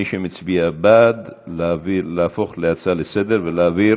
מי שמצביע בעד, להפוך להצעה לסדר-היום ולהעביר